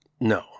No